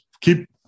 keep